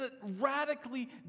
radically